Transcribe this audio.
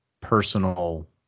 personal